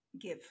give